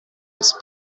els